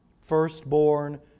Firstborn